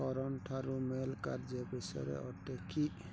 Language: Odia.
କରନ୍ ଠାରୁ ମେଲ୍ କାର୍ଯ୍ୟ ବିଷୟରେ ଅଟେ କି